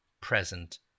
present